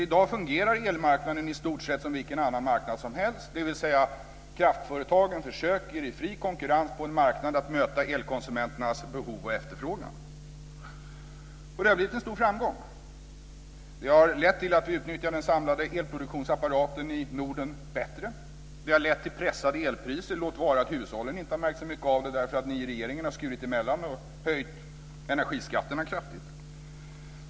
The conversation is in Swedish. I dag fungerar elmarknaden i stort sett som vilken annan marknad som helst, dvs. kraftföretagen försöker i fri konkurrens på en marknad att möta elkonsumenternas behov och efterfrågan, och det har blivit en stor framgång. Det har lett till att vi utnyttjar den samlade elproduktionsapparaten i Norden bättre. Det har lett till pressade elpriser, låt vara att hushållen inte har märkt så mycket av det därför att ni i regeringen har skurit emellan och höjt energiskatterna kraftigt.